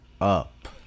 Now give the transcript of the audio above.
up